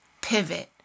pivot